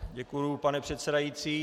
Děkuju, pane předsedající.